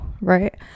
right